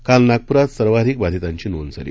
काल नागपुरात सर्वाधिक बाधितांची नोंद झाली